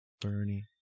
Bernie